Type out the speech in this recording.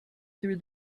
through